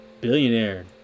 billionaire